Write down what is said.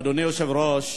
אדוני היושב-ראש,